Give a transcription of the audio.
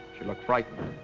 she looked frightened.